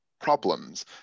problems